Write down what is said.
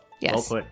Yes